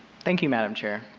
thank you, madam chair.